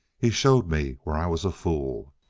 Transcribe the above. he showed me where i was a fool.